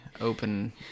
open